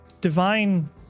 Divine